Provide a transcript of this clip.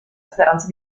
speranza